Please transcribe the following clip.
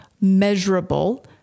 Measurable